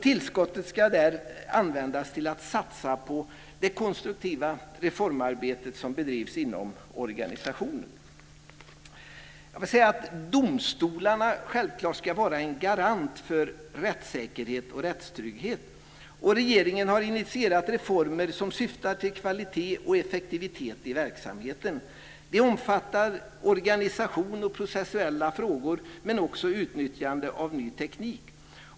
Tillskottet ska användas till att satsa på det konstruktiva reformarbetet som bedrivs inom organisationen. Domstolarna ska självklart vara en garant för rättssäkerhet och rättstrygghet. Och regeringen har initierat reformer som syftar till kvalitet och effektivitet i verksamheten. De omfattar organisation och processuella frågor men också utnyttjande av ny teknik.